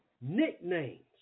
nicknames